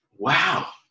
Wow